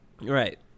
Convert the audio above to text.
Right